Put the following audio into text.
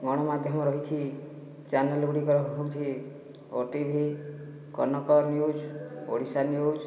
ଗଣମାଧ୍ୟମ ରହିଛି ଚ୍ୟାନେଲ୍ ଗୁଡ଼ିକ ହେଉଛି OTV Kanak news Odisha news